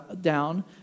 down